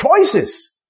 choices